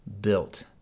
built